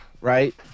right